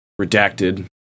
Redacted